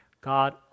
God